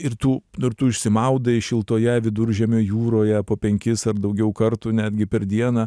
ir tų nu ir tu išsimaudai šiltoje viduržemio jūroje po penkis ar daugiau kartų netgi per dieną